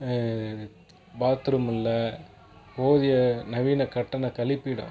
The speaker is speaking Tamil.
பாத்துரும் இல்லை போதிய நவீன கட்டண கழிப்பிடம்